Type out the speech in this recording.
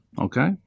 okay